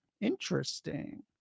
Interesting